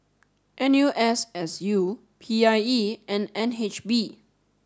N U S S U P I E and N H B